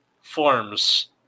forms